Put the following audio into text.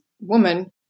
woman